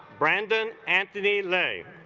brandon anthony lay